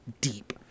deep